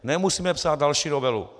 Nemusíme psát další novelu.